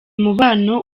mubano